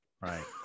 right